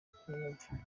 kumwumva